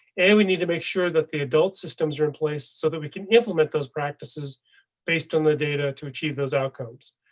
and we need to make sure that the adult systems are in place so that we can implement those practices based on the data to achieve those outcomes.